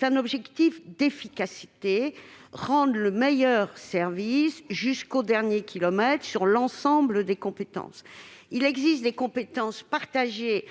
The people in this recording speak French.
un objectif d'efficacité : rendre le meilleur service, jusqu'au dernier kilomètre, sur l'ensemble des compétences. Il existe des compétences partagées